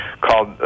called